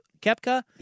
Kepka